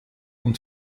und